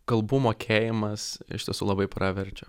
kalbų mokėjimas iš tiesų labai praverčia